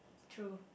true